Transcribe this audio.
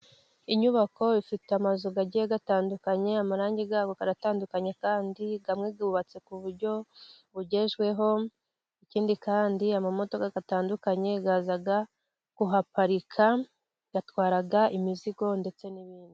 Inyubako ifite amazu agiye atandukanye, amarangi yabo aratandukanye, kandi amwe yubatse ku buryo bugezweho, ikindi kandi amamodoka atandukanye, aza ku haparika atwara imizigo ndetse n'ibindi.